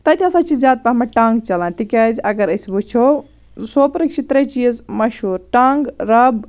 تَتہِ ہَسا چھِ زیادٕ پَہمَتھ ٹانٛگ چَلان تِکیٛازِ اَگَر أسۍ وٕچھو سوپرٕکۍ چھِ ترٛےٚ چیٖز مَشہوٗر ٹانٛگ رَب